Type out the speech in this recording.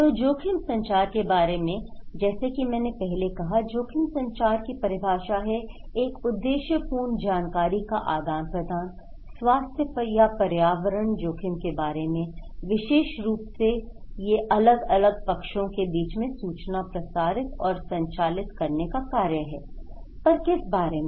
तू जोखिम संचार के बारे में जैसा कि मैंने पहले कहा जोखिम संचार की परिभाषा है एक उद्देश्य पूर्ण जानकारी का आदान प्रदान स्वास्थ्य या पर्यावरण जोखिम के बारे में विशेष रुप से यह अलग अलग पक्षों के बीच में सूचना प्रसारित और संचारित करने का कार्य हैI पर किस बारे में